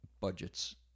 budgets